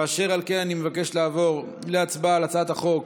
אשר על כן אני מבקש לעבור להצבעה על הצעת חוק